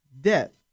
death